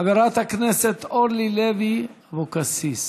חברת הכנסת אורלי לוי אבקסיס.